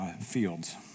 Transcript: fields